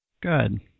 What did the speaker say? Good